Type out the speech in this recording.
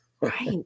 Right